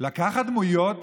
לקחת דמויות